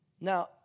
Now